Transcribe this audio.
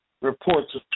Reports